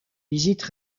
visites